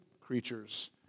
creatures